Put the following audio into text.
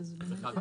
אחר.